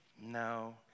no